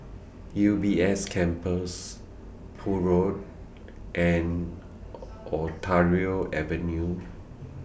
U B S Campus Poole Road and Ontario Avenue